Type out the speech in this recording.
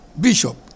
bishop